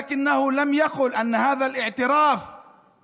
אבל הוא לא אמר שההכרה הזו